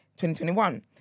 2021